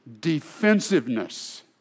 defensiveness